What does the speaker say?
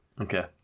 Okay